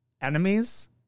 enemies